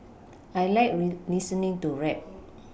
I like listening to rap